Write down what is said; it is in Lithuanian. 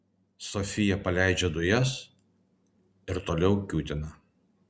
sofija paleidžia dujas ir toliau kiūtina